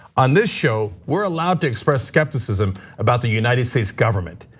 on this show, we're allowed to express skepticism about the united states government.